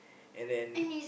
and then